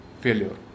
failure